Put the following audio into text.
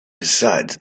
besides